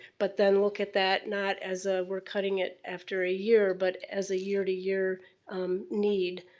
but then look at that not as a we're cutting it after a year, but as a year to year need.